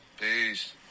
peace